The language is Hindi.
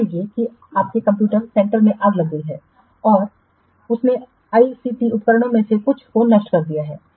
मान लीजिए कि आपके कंप्यूटर सेंटर में आग लग गई है और उसने आईसीटी उपकरणों में से कुछ को नष्ट कर दिया है